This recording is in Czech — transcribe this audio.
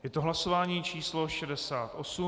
Je to hlasování číslo 68.